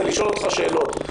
לשאול אותך שאלות,